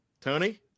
Tony